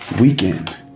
weekend